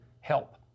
help